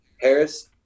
Harris